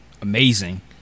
amazing